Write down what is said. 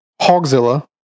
Hogzilla